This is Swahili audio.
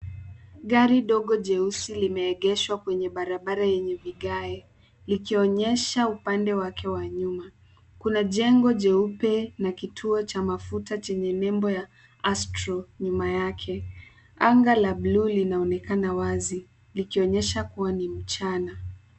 Gari dogo jeusi limeegeshwa kwenye barabara yenye vigae likionyesha upande wake wa nyuma. Kuna jengo jeupe na kituo cha mafuta chenye nembo ya Astrol nyuma yake. Anga la bluu linaonekana wazi likionyesha kuwa ni mchana.